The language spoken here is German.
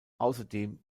außerdem